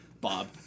Bob